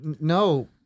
no